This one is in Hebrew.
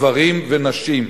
גברים ונשים,